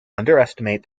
underestimate